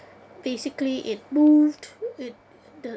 basically it moved uh the